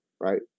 Right